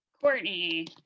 Courtney